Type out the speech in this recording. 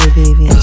baby